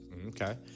Okay